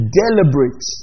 deliberate